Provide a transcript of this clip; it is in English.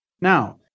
Now